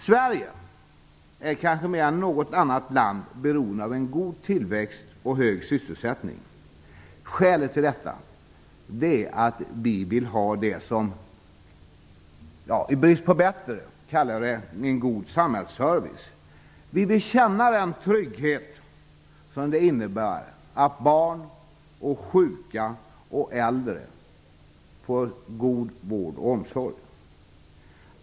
Sverige är kanske mer än något annat land beroende av en god tillväxt och en hög sysselsättning. Skälet till detta är att vi vill ha det som i brist på bättre uttryck kan kallas en god samhällsservice. Vi vill känna den trygghet som det innebär att barn, sjuka och äldre får god vård och omsorg.